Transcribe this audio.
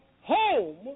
home